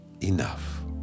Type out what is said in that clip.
enough